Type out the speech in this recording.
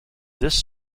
this